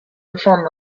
perform